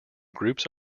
groups